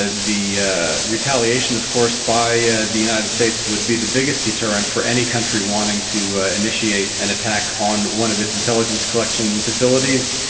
ah the retaliation of course by ah the united states would be the biggest deterrent deterrent for any country wanting to initiate an attack on one of its intelligence collection facilities.